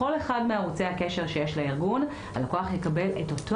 ראיתי שהאגף במשרד החינוך הוא חדש, אז איך